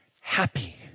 happy